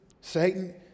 Satan